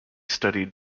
studied